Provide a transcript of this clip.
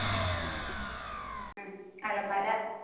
അലമാര